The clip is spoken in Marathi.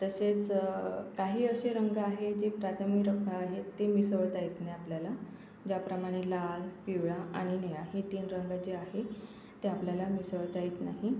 तसेच काही असे रंग आहे जे प्राथमिक रंग आहेत ते मिसळता येत नाही आपल्याला ज्याप्रमाणे लाल पिवळा आणि निळा हे तीन रंग जे आहे ते आपल्याला मिसळता येत नाही